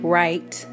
right